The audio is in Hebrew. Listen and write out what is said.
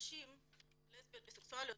נשים לסביות וסקסואליות,